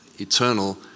eternal